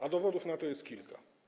A dowodów na to jest kilka.